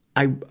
i,